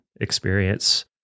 experience